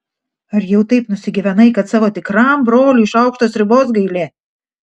ar jau taip nusigyvenai kad savo tikram broliui šaukšto sriubos gaili